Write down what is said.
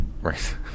Right